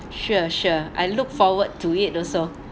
sure sure I look forward to it also